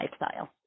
lifestyle